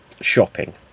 shopping